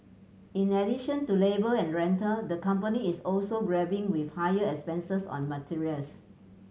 in addition to labour and rental the company is also grappling with higher expenses on materials